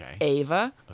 Ava